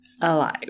alive